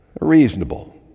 reasonable